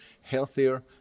healthier